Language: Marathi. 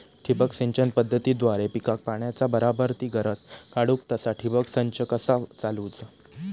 ठिबक सिंचन पद्धतीद्वारे पिकाक पाण्याचा बराबर ती गरज काडूक तसा ठिबक संच कसा चालवुचा?